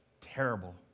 Terrible